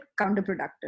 counterproductive